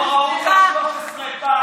לא ראו אותך 13 פעם,